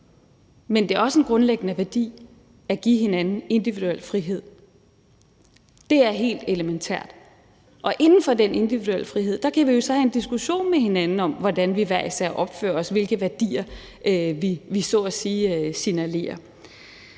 Men det er også en grundlæggende værdi at give hinanden individuel frihed. Det er helt elementært, og inden for den individuelle frihed kan vi jo så have diskussion med hinanden om, hvordan vi hver især opfører os, og hvilke værdier vi så at sige signalerer.